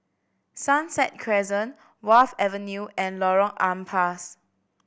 Sunset Crescent Wharf Avenue and Lorong Ampas